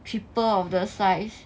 people of the size